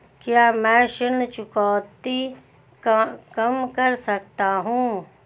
क्या मैं ऋण चुकौती कम कर सकता हूँ?